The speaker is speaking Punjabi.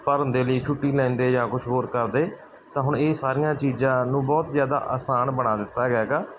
ਭਰਨ ਦੇ ਲਈ ਛੁੱਟੀ ਲੈਂਦੇ ਜਾਂ ਕੁਝ ਹੋਰ ਕਰਦੇ ਤਾਂ ਹੁਣ ਇਹ ਸਾਰੀਆਂ ਚੀਜ਼ਾਂ ਨੂੰ ਬਹੁਤ ਜ਼ਿਆਦਾ ਆਸਾਨ ਬਣਾ ਦਿੱਤਾ ਗਿਆ ਹੈਗਾ